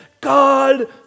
God